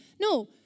No